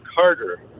Carter